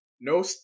No